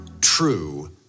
True